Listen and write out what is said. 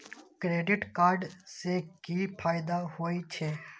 Credit card से कि फायदा होय छे?